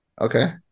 Okay